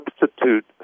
substitute